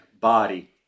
body